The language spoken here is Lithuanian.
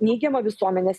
neigiamą visuomenės